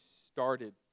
started